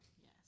Yes